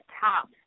top